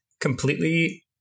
completely